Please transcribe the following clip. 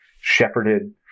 shepherded